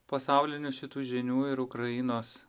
pasaulinių šitų žinių ir ukrainos